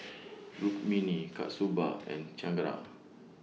Rukmini Kasturba and Chengara